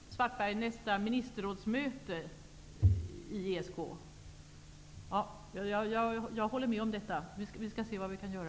Herr talman! Avser Karl-Erik Svartberg nästa ministerrådsmöte i ESK? Ja, jag håller med om detta. Vi skall se vad vi kan göra.